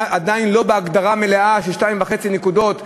עדיין לא בהגדרה המלאה של 2.5 נקודות סיעוד.